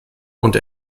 und